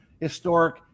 historic